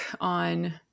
on